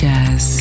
Jazz